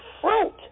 Fruit